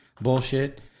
bullshit